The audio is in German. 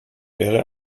erde